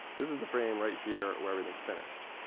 this is the frame right here where everything finished.